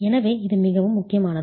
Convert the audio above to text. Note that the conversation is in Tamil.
எனவே இது மிகவும் முக்கியமானது